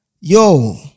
yo